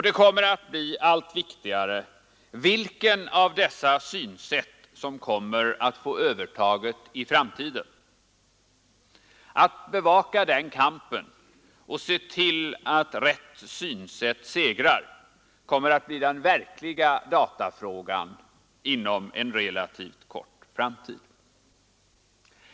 Det kommer att bli allt viktigare vilket av dessa synsätt som får övertaget i framtiden. Att bevaka den kampen och se till att rätt synsätt segrar kommer att bli den verkliga datafrågan inom en relativt snar framtid.